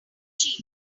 cheap